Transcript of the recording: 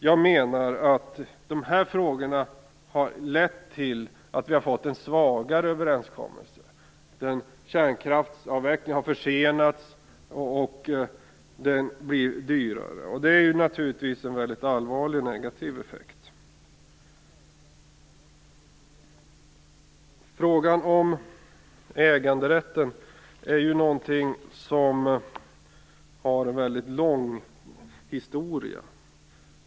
Jag menar att det genom de här frågorna har blivit en svagare överenskommelse. Kärnkraftsavvecklingen har försenats och den blir också dyrare. Detta är naturligtvis en väldigt allvarlig och negativ effekt. Frågan om äganderätten har en lång historia.